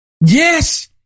Yes